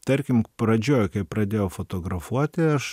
tarkim pradžioj kai pradėjau fotografuoti aš